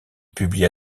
publia